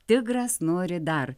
tigras nori dar